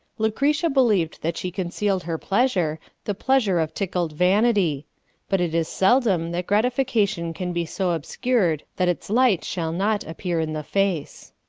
lucretia believed that she concealed her pleasure, the pleasure of tickled vanity but it is seldom that gratification can be so obscured that its light shall not appear in the face.